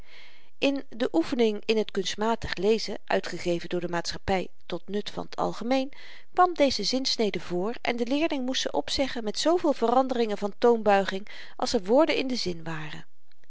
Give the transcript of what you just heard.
in de oefening in t kunstmatig lezen uitgegeven door de maatschappy tot nut van t algemeen kwam deze zinsnede voor en de leerling moest ze opzeggen met zooveel veranderingen van toonbuiging als er woorden in den zin waren